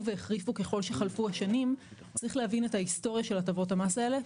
והחריפו ככל שחלפו השנים צריך להבין את ההסטוריה של הטבות המס האלה.